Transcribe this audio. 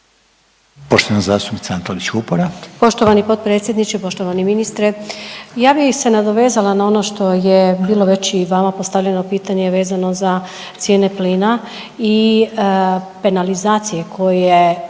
Poštovani potpredsjedniče, poštovani ministre. Ja bi se nadovezala na ono što je bilo već i vama postavljeno pitanje vezano za cijene plina i penalizacije koje